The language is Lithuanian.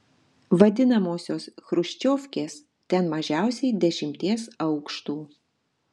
vadinamosios chruščiovkes ten mažiausiai dešimties aukštų